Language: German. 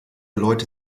leute